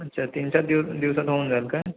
अच्छा तीन चार दिव दिवसात होऊन जाईल काय